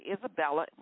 Isabella